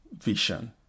vision